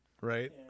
Right